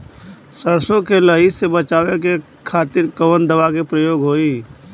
सरसो के लही से बचावे के खातिर कवन दवा के प्रयोग होई?